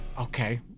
Okay